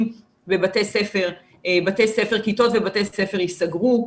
בבתי ספר אז כיתות ובתי ספר ייסגרו.